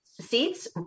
seats